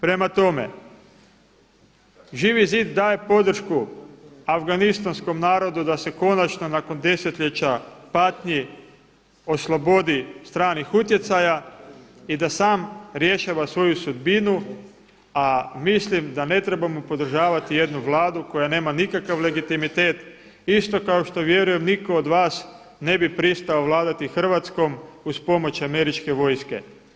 Prema tome, Živi zid daje podršku Afganistanskom narodu da se konačno nakon desetljeća patnji oslobodi stranih utjecaja i da sam rješava svoju sudbinu, a mislim da ne trebamo podržavati jednu Vladu koja nema nikakav legitimitet, isto kao što vjerujem nitko od vas ne bi pristao vladati Hrvatskom uz pomoć američke vojske.